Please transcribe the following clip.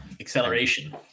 acceleration